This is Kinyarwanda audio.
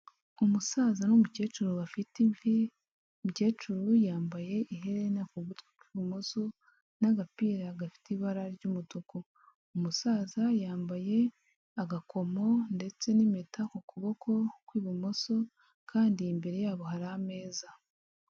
Umusaza n'umukecuru bafite imvi, umukecuru yambaye iherena ku gutwi kw'ibumoso n'agapira gafite ibara ry'umutuku, umusaza yambaye agakomo ndetse n'impeta ku kuboko kw'ibumoso kandi imbere yabo hari ameza.